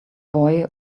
boy